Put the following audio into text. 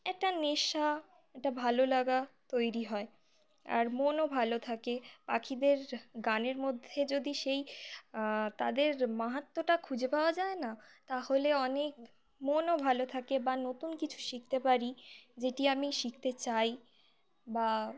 একটা নেশা একটা ভালো লাগা তৈরি হয় আর মনও ভালো থাকে পাখিদের গানের মধ্যে যদি সেই তাদের মাহাত্ম্যটা খুঁজে পাওয়া যায় না তাহলে অনেক মনও ভালো থাকে বা নতুন কিছু শিখতে পারি যেটি আমি শিখতে চাই বা